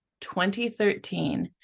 2013